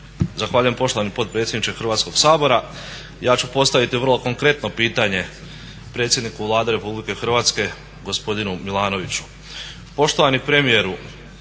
Zahvaljujem poštovani potpredsjedniče Hrvatskog sabora. Ja ću postaviti vrlo konkretno pitanje predsjedniku Vlade RH gospodinu Milanoviću.